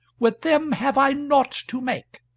with them have i naught to make.